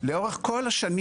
לאורך כל השנים